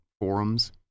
forums